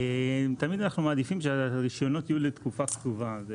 תמיד אנחנו מעדיפים שהרישיונות יהיו לתקופה קצובה.